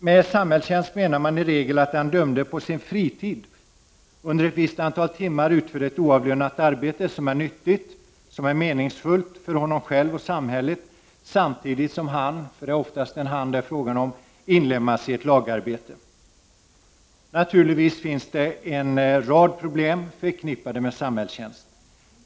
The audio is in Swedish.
Med samhällstjänst menar man i regel att den dömde på sin fritid under ett visst antal timmar utför ett oavlönat arbete som är nyttigt, meningsfullt för honom själv och samhället samtidigt som hans — för det är ofta fråga om en han — inlemmas i ett lagarbete. Naturligtvis finns en rad problem förknippade med samhällstjänst.